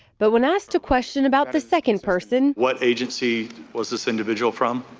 but when asked a question about the second person. what agency was this individual from?